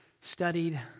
studied